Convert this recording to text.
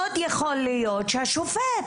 עוד יכול להיות שהשופט,